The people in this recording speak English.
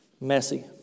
Messy